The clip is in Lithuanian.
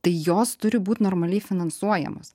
tai jos turi būt normaliai finansuojamos